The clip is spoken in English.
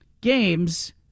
games